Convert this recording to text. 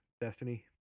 Destiny